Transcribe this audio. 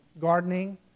gardening